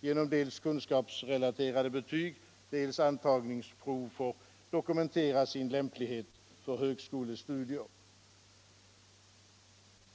genom dels kunskapsrelaterade betyg, dels antagningsprov får dokumentera sin lämplighet för högskolestudier.